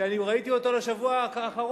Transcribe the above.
שאני ראיתי אותו, לשבוע האחרון.